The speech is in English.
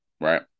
right